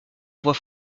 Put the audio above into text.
voix